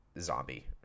Zombie